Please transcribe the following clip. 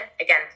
again